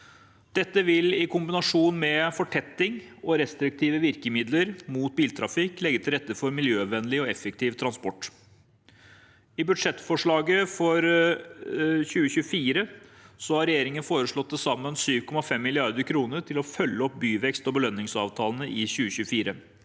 Dette vil i kombinasjon med fortetting og restriktive virkemidler mot biltrafikk legge til rette for miljøvennlig og effektiv transport. I budsjettforslaget for 2024 har regjeringen foreslått til sammen 7,5 mrd. kr til å følge opp byvekst- og belønningsavtalene i 2024.